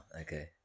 okay